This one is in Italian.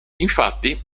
infatti